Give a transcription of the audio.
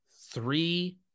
three